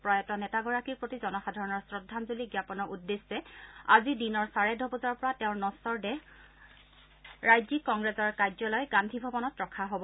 প্ৰয়াত নেতাগৰাকীৰ প্ৰতি জনসাধাৰণৰ শ্ৰদ্ধাঞ্জলী জ্ঞাপনৰ উদ্দেশ্যে আজি দিনৰ চাৰে দহ বজাৰপৰা তেওঁৰ নখৰ দেহ ৰাজ্যিক কংগ্ৰেছৰ কাৰ্যালয় গান্ধী ভৱনত ৰখা হ'ব